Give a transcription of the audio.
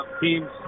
teams